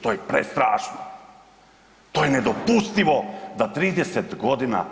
To je prestrašno, to je nedopustivo da 30 godina